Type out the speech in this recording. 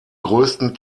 größten